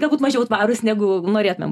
galbūt mažiau tvarūs negu norėtumėm